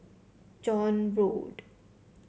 John Road